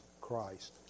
Christ